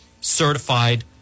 Certified